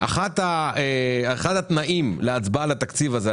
אחד התנאים להצבעה על התקציב הזה,